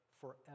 forever